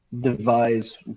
devise